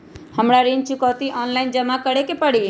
हमरा ऋण चुकौती ऑनलाइन जमा करे के परी?